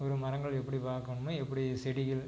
ஒரு மரங்கள் எப்படி பார்க்கணும்மோ எப்படி செடிகள்